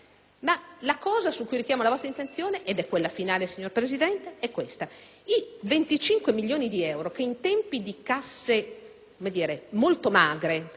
25 milioni di euro in tempi di casse molto magre e quindi di grandi difficoltà a reperire risorse dove vengono reperiti? Vengono reperiti